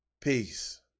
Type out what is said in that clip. Peace